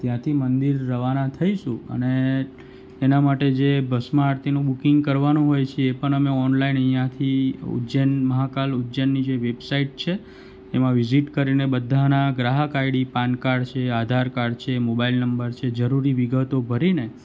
ત્યાંથી મંદિર રવાના થઈશું અને એના માટે જે ભસ્મ આરતીનું બુકિંગ કરવાનું હોય છે એ પણ અમે ઓનલાઈન અહીંયાથી ઉજ્જૈન મહાકાલ ઉજ્જૈનની જે વેબસાઈટ છે એમાં વિઝિટ કરીને બધાંના ગ્રાહક આઈડી પાન કાર્ડ છે આધારકાર્ડ છે મોબાઈલ નંબર છે જરૂરી વિગતો ભરીને